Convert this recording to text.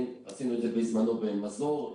עשינו את זה בזמנו במזור,